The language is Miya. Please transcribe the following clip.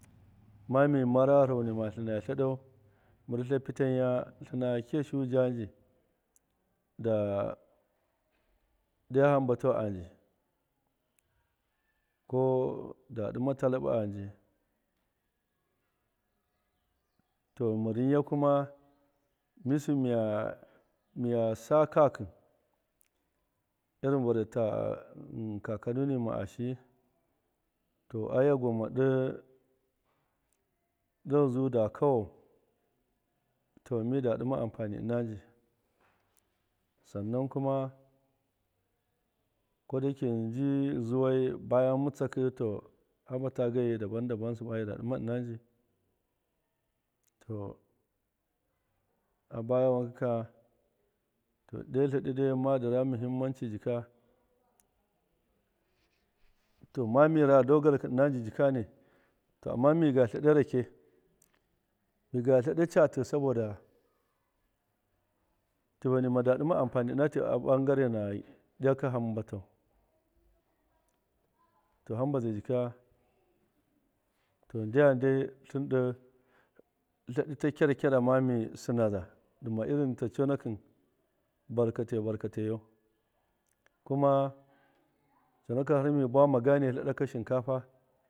Ma mi mara gharaho nima tlɨna tleɗau, mɨrr tlyepitenya tlɨna kiya su ja nji da ɗɨya hamba tau a nji ko da ɗima talaɓɨ a nji. to mɨrr rɨnya kuma misin miya sa kakɨ irin vare ta kakanu nima ashiyi to a yagwama ɗo zuu da kawau to mida ɗɨma ampani ɨna nji sannan kuma koda yake nji zuwai bayan mɨtsakɨ to hamba tau gaiyi dabam dabam siba mida ɗɨma ɨna nji to a baya wankaka to ɗe tleɗi dai ma dɨra mihimmanci jika to ma mi ra dogarakɨ ɨna nji jikani to ama miga tleɗa rake. miga tleɗa catɨ saboda tɨvan nima da ɗɨma ampani ɨna ti a ɓan ngarena ɗɨyakɨ hamba tau to hamba zai jika to ndyam dai tlɨnɗo tleɗi ta kyara kyara ma mi sinaza dɨma irin ta conakɨn barkatai barkataiyau kuma conakɨn har mi buwama gane tleɗakɨ shinkafa.